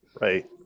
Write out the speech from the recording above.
right